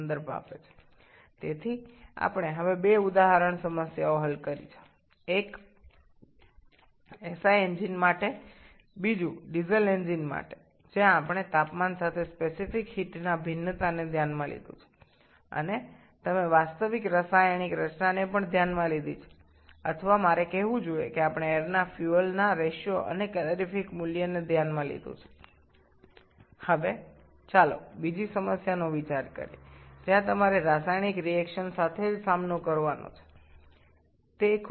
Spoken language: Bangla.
সুতরাং আমরা এখন দুটি সমস্যার উদাহরণ সমাধান করেছি একটি এসআই ইঞ্জিনের জন্য আরেকটি ডিজেল ইঞ্জিনের জন্য যেখানে আমরা তাপমাত্রার সাথে আপেক্ষিক তাপের পরিবর্তনকে বিবেচনা করেছি এবং আপনি প্রকৃত রাসায়নিক বিক্রিয়াটি বিবেচনা করেছেন বা আমার বলা উচিত আমরা বায়ু ও জ্বালানী অনুপাত বিবেচনা করেছি এবং তাপন মূল্য আসুন আমরা এখন আর একটি সমস্যা বিবেচনা করি যেখানে আপনাকে রাসায়নিক বিক্রিয়া নিয়েই আলোচনা করতে হবে